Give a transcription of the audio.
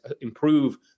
improve